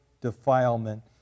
defilement